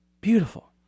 Beautiful